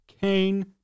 Kane